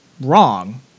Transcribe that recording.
wrong